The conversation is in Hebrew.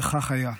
וכך היה.